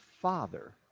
father